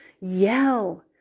yell